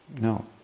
No